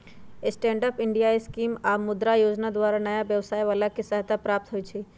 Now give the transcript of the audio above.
stand up India scheme आऽ मुद्रा जोजना द्वारा नयाँ व्यवसाय बला के सहायता प्राप्त होइ छइ